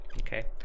okay